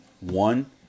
One